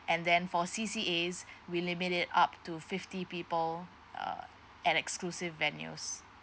and then for C_C_A we limit it up to fifty people uh an exclusive venues